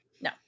No